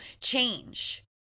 change